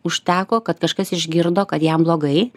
užteko kad kažkas išgirdo kad jam blogai